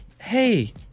Hey